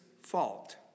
fault